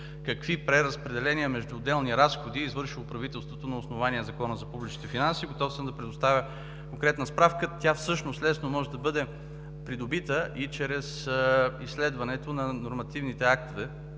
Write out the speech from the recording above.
какви преразпределения между отделни разходи е извършило правителството на основания на Закона за публичните финанси. Готов съм да предоставя конкретна справка. Тя всъщност лесно може да бъде придобита и чрез изследването на нормативните актове